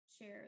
share